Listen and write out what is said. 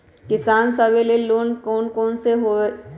किसान सवे लेल कौन कौन से लोने हई?